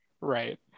Right